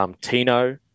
Tino